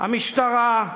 המשטרה,